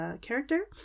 character